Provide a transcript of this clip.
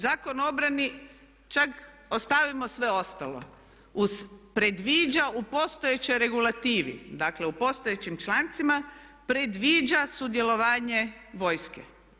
Zakon o obrani, čak ostavimo sve ostalo, predviđa u postojećoj regulativi, dakle u postojećim člancima predviđa sudjelovanje vojske.